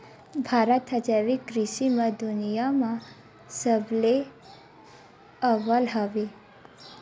भारत हा जैविक कृषि मा दुनिया मा सबले अव्वल हवे